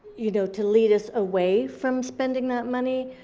you know to lead us away from spending that money.